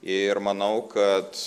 ir manau kad